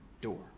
door